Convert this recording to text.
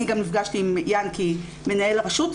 אני גם נפגשתי עם ינקי מנהל הרשות,